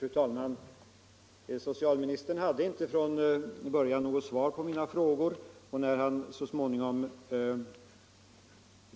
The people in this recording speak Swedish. Fru talman! Socialministern hade från början inte något svar på mina frågor. När han så småningom